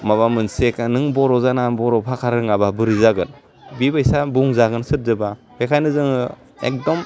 माबा मोनसेखा नों बर' जाना बर' भाखा रोङाबा बोरै जागोन बिबायसा आं बुंजागोन सोरजोबा बेखायनो जोङो एगदम